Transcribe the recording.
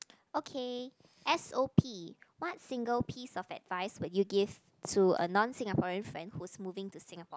okay s_o_p what single piece of advice would you give to a non Singaporean friend who's moving to Singapore